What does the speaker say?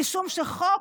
משום שחוק